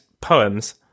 poems